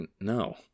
no